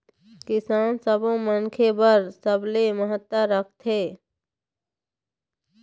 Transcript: किसान सब्बो मनखे बर सबले महत्ता राखथे